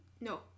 no